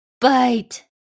bite